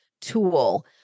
tool